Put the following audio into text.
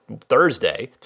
Thursday